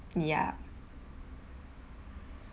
ya